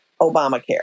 Obamacare